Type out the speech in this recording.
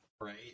right